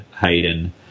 Hayden